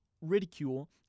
ridicule